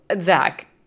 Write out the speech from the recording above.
Zach